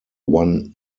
one